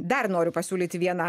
dar noriu pasiūlyti vieną